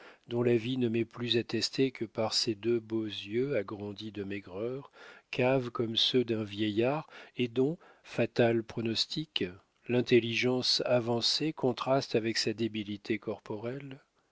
dont la vie ne m'est plus attestée que par ses deux beaux yeux agrandis de maigreur caves comme ceux d'un vieillard et dont fatal pronostic l'intelligence avancée contraste avec sa débilité corporelle